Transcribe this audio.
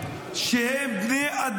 אתה מנהיג